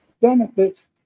benefits